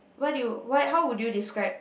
what you why how would you describe